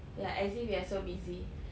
ya as if you're so busy